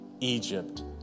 Egypt